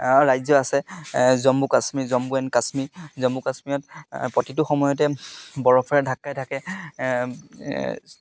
ৰাজ্য আছে জম্মু কাশ্মীৰ জম্মু এণ্ড কাশ্মীৰ জম্মু কাশ্মীৰত প্ৰতিটো সময়তে বৰফৰে ঢাক খাই থাকে